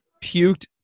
puked